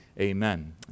amen